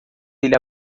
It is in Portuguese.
ele